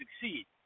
succeed